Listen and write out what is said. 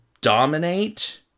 dominate